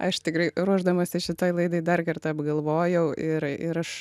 aš tikrai ruošdamasi šitai laidai dar kartą apgalvojau ir ir aš